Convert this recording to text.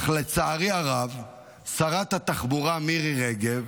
אך לצערי הרב שרת התחבורה מירי רגב